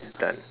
done